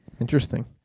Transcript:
Interesting